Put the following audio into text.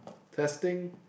testing